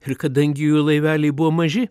ir kadangi jų laiveliai buvo maži